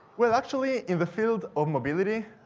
well actually in the field of mobility,